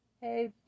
Hey